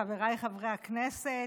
חבריי חברי הכנסת,